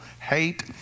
hate